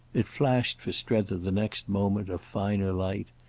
it flashed for strether the next moment a finer light,